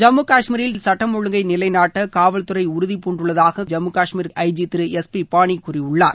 ஜம்மு கஷ்மீரில் சட்டம் ஒழுங்கை நிலைநாட்ட காவல்தறை உறுதிபூண்டுள்ளதாக காவல்துறை ஜம்மு கஷ்மீர் காவல்துறை ஐஜி திரு எஸ் பி பானி கூறியுள்ளார்